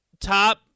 top